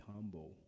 humble